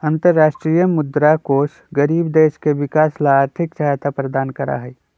अन्तरराष्ट्रीय मुद्रा कोष गरीब देश के विकास ला आर्थिक सहायता प्रदान करा हई